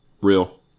Real